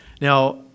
Now